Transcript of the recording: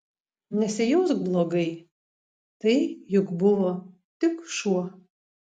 nesijausk blogai tai juk buvo tik šuo